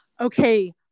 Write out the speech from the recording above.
okay